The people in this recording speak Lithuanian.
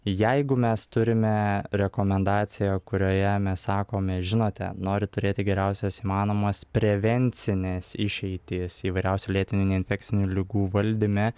jeigu mes turime rekomendaciją kurioje mes sakome žinote nori turėti geriausias įmanomas prevencines išeitis įvairiausių lėtinių neinfekcinių ligų valdyme